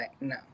no